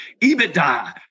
EBITDA